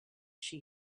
she